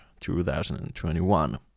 2021